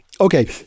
Okay